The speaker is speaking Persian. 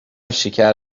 شکر